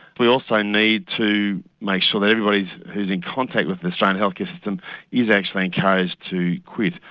we also need to make sure that everybody who's in contact with the australian health care system is actually encouraged to quit,